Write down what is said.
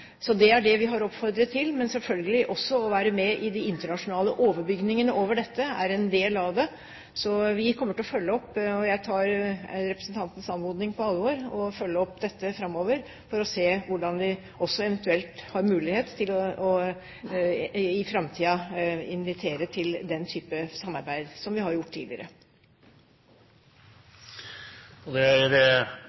Så det er det vi har oppfordret til. Men en del av det er selvfølgelig også å være med i de internasjonale overbygningene over dette, så vi kommer til å følge opp. Jeg tar på alvor representantens anmodning om å følge det opp framover for å se hvordan vi også eventuelt har mulighet til i framtiden å invitere til den type samarbeid som vi tidligere har gjort.